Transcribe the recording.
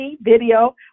video